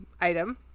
item